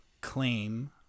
claim